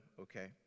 okay